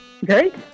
Great